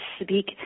speak